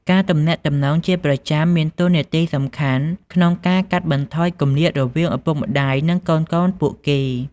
ការទំនាក់ទំនងជាប្រចាំមានតួនាទីសំខាន់ក្នុងការកាត់បន្ថយគម្លាតរវាងឪពុកម្ដាយ និងកូនៗពួកគេ។